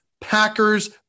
packers